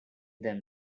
them